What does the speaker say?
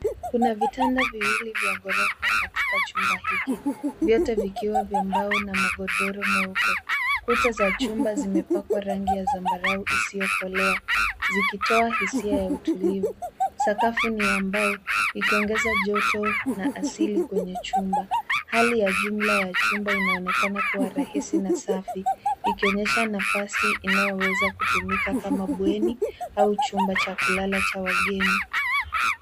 Kuna vitanda viwili vya ghorofa katika chumba hiki, vyote vikiwa vya mbao na magodoro meupe. Kuta za chumba zimepakwa rangi ya zambarau isiyokolea, zikitoa hisia ya utulivu. Sakafu ni ya mbao, ikiongeza joto na asili kwenye chumba. Hali ya jumla ya chumba inaonekana kuwa rahisi na safi, ikionyesha nafasi inayoweza kutumika kama bweni au chumba cha kulala cha wageni.